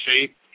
shape